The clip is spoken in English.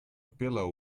pillow